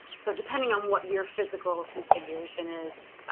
so depending on what your physical configuration is,